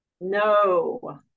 No